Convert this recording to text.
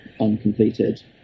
uncompleted